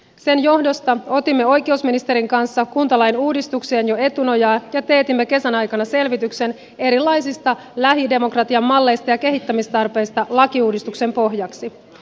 sen johdosta otimme oikeusministerin kanssa kuntalain uudistukseen jo etunojaa ja teetimme kesän aikana selvityksen erilaisista lähidemokratian malleista ja kehittämistarpeista lakiuudistuksen pohjaksi